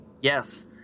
yes